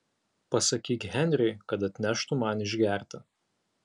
pasakyk henriui kad atneštų man išgerti